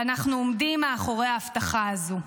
ואנחנו עומדים מאחורי ההבטחה הזו.